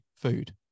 food